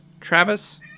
Travis